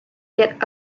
yet